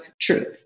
truth